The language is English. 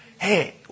Hey